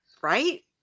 Right